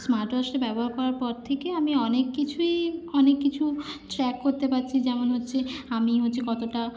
স্মার্টওয়াচটা ব্যবহার করার পর থেকে আমি অনেক কিছুই অনেক কিছু ট্র্যাক করতে পারছি যেমন হচ্ছে আমি হচ্ছে কতটা